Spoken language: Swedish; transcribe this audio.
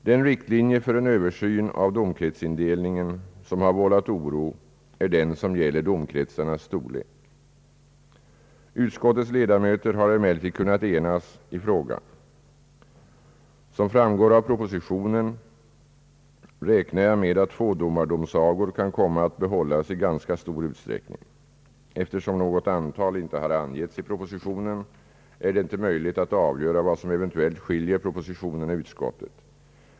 Den riktlinje för en översyn av domkretsindelningen som har vållat oro är den som gäller domkretsarnas storlek. Utskottets ledamöter har emellertid kunnat enas i frågan. Som framgår av propositionen räknar jag med att tvådomardomsagor kan komma att behållas i ganska stor utsträckning. Eftersom något antal inte har angivits i propositionen, är det inte möjligt att avgöra vad som eventuellt skiljer propositionen och utskottet.